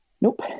Nope